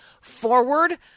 forward